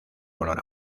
color